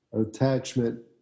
attachment